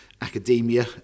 academia